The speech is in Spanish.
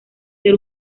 ser